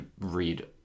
read